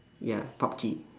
ya pub-G